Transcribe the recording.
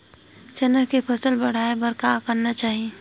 चना के फसल बढ़ाय बर का करना चाही?